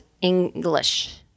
English